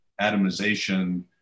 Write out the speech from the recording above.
atomization